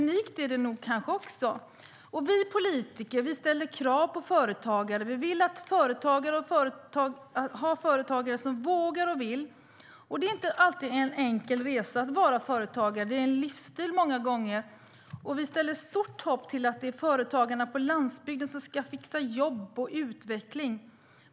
Det är nog lite unikt också. Vi politiker ställer krav på företagare. Vi vill ha företagare som vågar och vill. Det är inte alltid en enkel resa att vara företagare. Det är många gånger en livsstil. Vi ställer stort hopp till att det är företagarna på landsbygden som ska fixa jobb och utveckling.